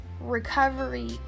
recovery